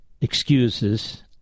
excuses